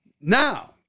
now